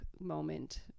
moment